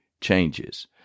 changes